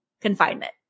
confinement